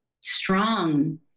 strong